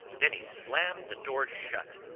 then he slammed the door shut.